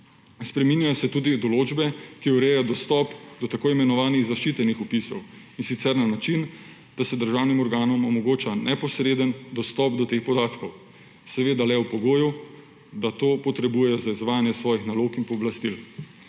Spreminjajo se tudi določbe, ki urejajo dostop do tako imenovanih zaščitenih vpisov, in sicer na način, da se državnim organom omogoča neposreden dostop do teh podatkov, seveda le ob pogoju, da to potrebuje za izvajanje svojih nalog in pooblastil.